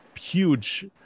huge